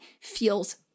feels